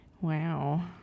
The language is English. Wow